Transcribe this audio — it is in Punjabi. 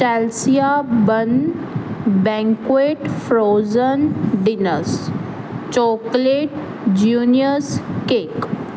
Chelsea bun banquet frozen dinners chocolate juniors cake